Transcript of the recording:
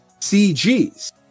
CGs